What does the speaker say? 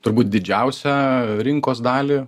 turbūt didžiausią rinkos dalį